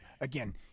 again